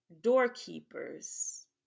doorkeepers